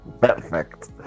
Perfect